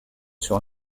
sur